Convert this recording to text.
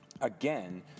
again